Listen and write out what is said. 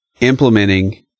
implementing